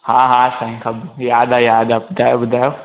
हा हा साईं सभु यादि आहे यादि आहे ॿुधायो ॿुधायो